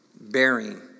bearing